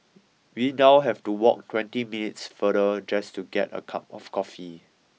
we now have to walk twenty minutes farther just to get a cup of coffee